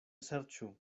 serĉu